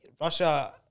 Russia